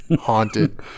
Haunted